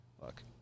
look